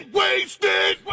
wasted